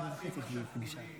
צורך לאחים השכולים.